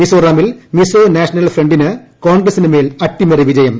മിസോറാമിൽ മിസോനാഷണൽ ഫ്രണ്ടിന് കോൺഗ്രസിനുമേൽ അട്ടിമറി വിജയം